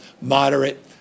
moderate